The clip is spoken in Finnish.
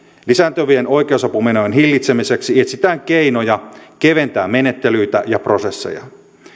lisääntyvien oikeusapumenojen hillitsemiseksi etsitään keinoja keventää menettelyitä ja prosesseja